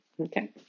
Okay